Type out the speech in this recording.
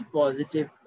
positive